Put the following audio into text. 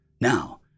Now